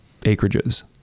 acreages